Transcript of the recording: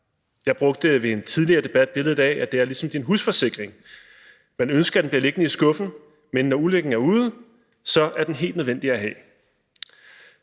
Jeg brugte ved en tidligere debat billedet af, at det er ligesom en husforsikring. Man ønsker, at den bliver liggende i skuffen, men når ulykken er ude, er den helt nødvendig at have.